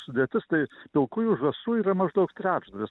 sudėtis tai pilkųjų žąsų yra maždaug trečdalis